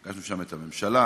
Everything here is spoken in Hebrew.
פגשנו שם את הממשלה,